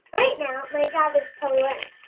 right now, my job is to learn.